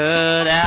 Good